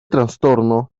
trastorno